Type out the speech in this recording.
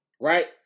right